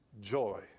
joy